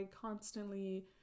constantly